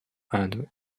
and